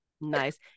Nice